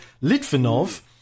Litvinov